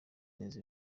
neza